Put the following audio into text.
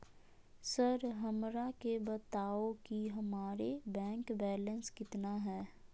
Sir हमरा के बताओ कि हमारे बैंक बैलेंस कितना है?